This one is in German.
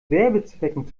werbezwecken